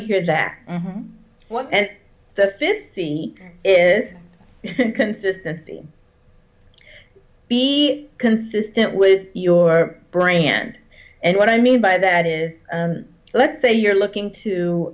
to hear their one and the fifth is consistency be consistent with your brand and what i mean by that is let's say you're looking to